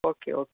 okay okay